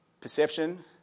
perception